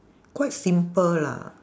quite simple lah